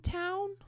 town